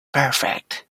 perfect